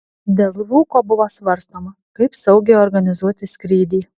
dėl rūko buvo svarstoma kaip saugiai organizuoti skrydį